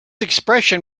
expression